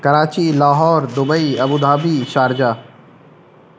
Karachi Lahore Dubai Abu Dhabi Sharjah